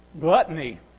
gluttony